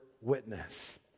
witness